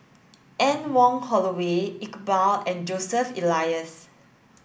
Anne Wong Holloway Iqbal and Joseph Elias